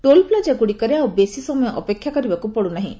toll plaza ଗୁଡ଼ିକରେ ଆଉ ବେଶୀ ସମୟ ଅପେକ୍ଷା କରିବାକୁ ପଡୁନାହିଁ